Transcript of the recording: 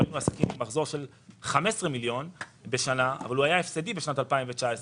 ראינו עסקים עם מחזור של 15 מיליון שקל אבל העסק היה הפסדי בשנת 2019,